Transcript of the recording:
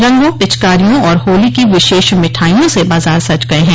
रंगों पिचकारियों और होली की विशेष मिठाईयों से बाजार सज गए हैं